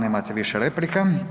Nemate više replika.